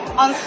on